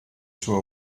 sua